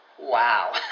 Wow